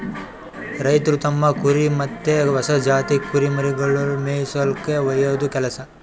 ರೈತ್ರು ತಮ್ಮ್ ಕುರಿ ಮತ್ತ್ ಹೊಸ ಜಾತಿ ಕುರಿಮರಿಗೊಳಿಗ್ ಮೇಯಿಸುಲ್ಕ ಒಯ್ಯದು ಕೆಲಸ